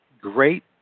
great